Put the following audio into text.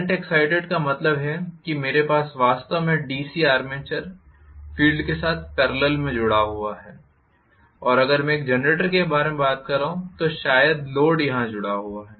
shunt excited का मतलब है कि मेरे पास वास्तव में डीसी आर्मेचर फील्ड के साथ पेरलल में जुड़ा हुआ है और अगर मैं एक जनरेटर के बारे में बात कर रहा हूँ तो शायद लोड यहाँ जुड़ा हुआ है